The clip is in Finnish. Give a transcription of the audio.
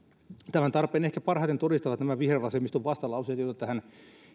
tämän tarpeen ehkä parhaiten todistavat nämä vihervasemmiston vastalauseet joita tähän